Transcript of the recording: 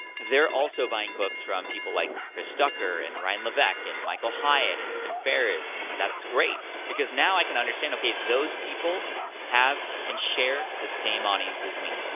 they're also buying books from people like chris ducker and ryan levesque and michael hyatt and tim ferriss and that's great, because now i can understand, okay, those people have and share the same audience as me.